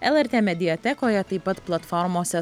lrt mediatekoje taip pat platformose